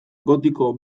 gotiko